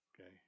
Okay